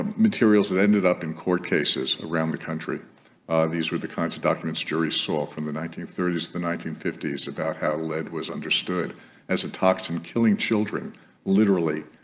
um materials that ended up in court cases around the country these were the kinds of documents juries saw from the nineteen thirty s to the nineteen fifty s about how lead was understood as a toxin killing children literally